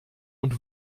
und